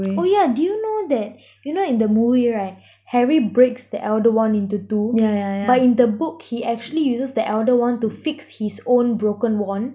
oh yeah did you know that you know in the movie right harry breaks the elder wand into two but in the book he actually uses the elder wand to fix his own broken wand